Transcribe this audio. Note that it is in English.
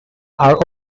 are